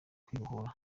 kwibohora